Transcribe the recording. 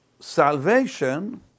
Salvation